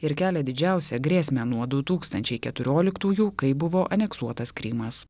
ir kelia didžiausią grėsmę nuo du tūkstančiai keturioliktųjų kai buvo aneksuotas krymas